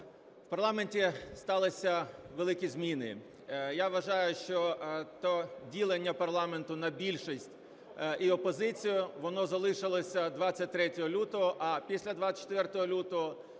у парламенті сталися великі зміни. Я вважаю, що те ділення парламенту на більшість і опозицію, воно залишилося 23 лютого, а після 24 лютого